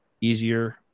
easier